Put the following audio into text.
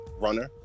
runner